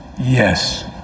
Yes